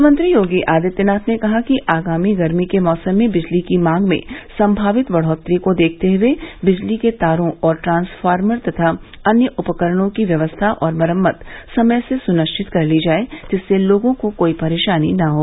मुख्यमंत्री योगी आदित्यनाथ ने कहा है कि आगामी गरमी के मौसम में बिजली की मांग में संमावित बढ़ोत्तरी को देखते हुए बिजली के तारों और ट्रांसफार्मर तथा अन्य उपकरणों की व्यवस्था और मरम्मत समय से सुनिश्चित कर ली जाये जिससे लोगों को कोई परेशानी न हो